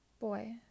boy